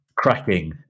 cracking